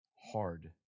hard